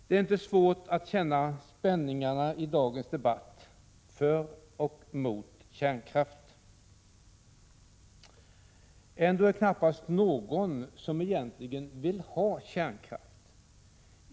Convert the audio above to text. Det är inte svårt att känna spänningarna i dagens debatt, för och mot kärnkraft. Ändå är det knappast någon som egentligen vill ha kärnkraft.